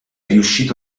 riuscito